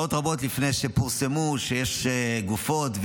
שעות רבות לפני שפורסם שיש גופות,